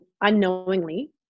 unknowingly